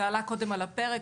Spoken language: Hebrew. זה עלה קודם על הפרק.